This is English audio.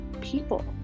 people